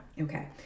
Okay